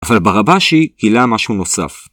אבל ברבאשי גילה משהו נוסף.